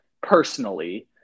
personally